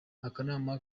akanama